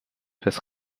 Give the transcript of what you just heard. his